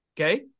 Okay